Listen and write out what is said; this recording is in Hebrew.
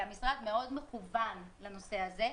המשרד מאוד מכוון לנושא הזה,